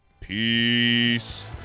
peace